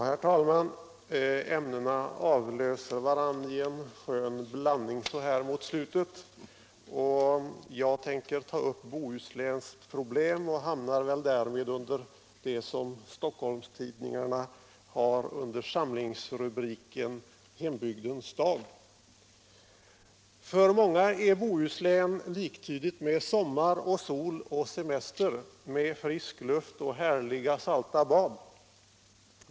Herr talman! Ämnena avlöser varandra i en skön blandning så här mot slutet av debatten. Jag tänker ta upp Bohusläns problem och hamnar väl därmed under den av Stockholmstidningarna använda rubriken Hem bygdens dag. För många är Bohuslän liktydigt med sommar, sol och semester, med frisk luft och härliga, salta bad.